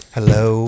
Hello